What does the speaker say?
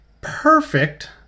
Perfect